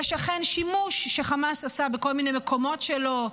יש אכן שימושי שחמאס עשה בכל מיני מקומות שלו.